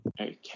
okay